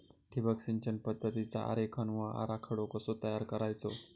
ठिबक सिंचन पद्धतीचा आरेखन व आराखडो कसो तयार करायचो?